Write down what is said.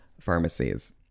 pharmacies